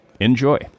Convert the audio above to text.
enjoy